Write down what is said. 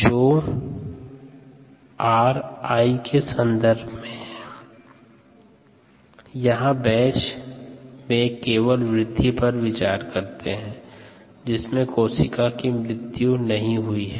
ri rorg rcddt यहाँ batch में केवल वृद्धि पर विचार करते हैं जिसमे कोशिका की मृत्यु नहीं हुई है